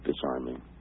disarming